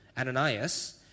Ananias